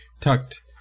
tucked